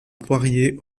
poirier